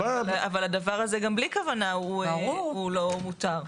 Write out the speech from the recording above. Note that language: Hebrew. אבל הדבר הזה גם בלי כוונה הוא לא מותר.